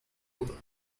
outro